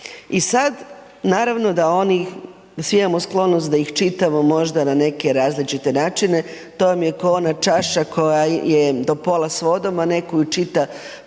i sada naravno oni, svi imamo sklonost da ih čitamo možda na neke različite načine to vam je kao ona čaša koja je do pola s vodom a netko ju čita